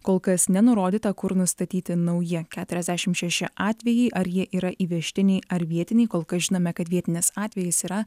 kol kas nenurodyta kur nustatyti nauji keturiasdešimt šeši atvejai ar jie yra įvežtiniai ar vietiniai kol kas žinome kad vietinis atvejis yra